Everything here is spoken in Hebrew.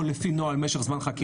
או לפי נוהל משך זמן חקירה.